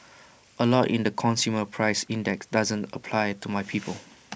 A lot in the consumer price index doesn't apply to my people